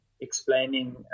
explaining